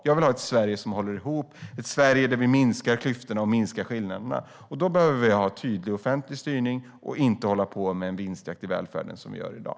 Jag vill ha ett Sverige som håller ihop, ett Sverige där klyftorna och skillnaderna minskar. Då behövs det tydlig offentlig styrning och inte hålla på med en vinstjakt i välfärden som vi gör i dag.